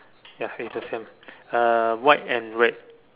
ya is the same uh white and red